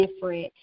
different